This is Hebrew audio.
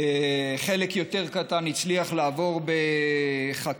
חלק יותר קטן הצליח לעבור בחקיקה.